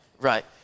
Right